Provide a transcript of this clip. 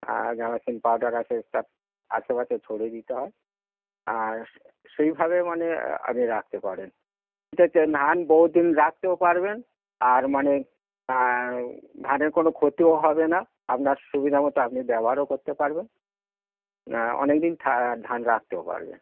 আর gammexane powder আছে তার আশেপাশে ছড়িয়ে দিতে হয় আর সেই সেইভাবে মানে আপনি রাখতে পারেন এতে হচ্ছে ধান বহুদিন রাখতেও পারবেন আর মানে ধানের কোনো ক্ষতিও হবে না আপনার সুবিধা মতো আপনি ব্যবহারও করতে পারবেন অনেক দিন ধা ধান রাখতেও পারবেন